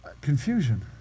Confusion